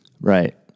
Right